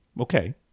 Okay